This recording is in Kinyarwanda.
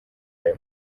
ayo